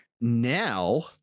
now